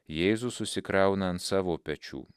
jėzus užsikrauna ant savo pečių